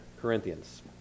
Corinthians